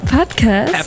Podcast